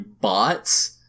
Bots